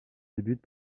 débute